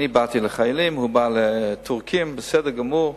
אני באתי לחיילים, הוא בא לטורקים, בסדר גמור.